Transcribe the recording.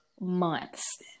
months